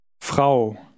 Frau